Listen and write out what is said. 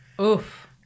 Oof